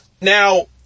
now